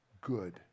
good